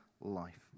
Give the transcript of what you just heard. life